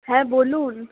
হ্যাঁ বলুন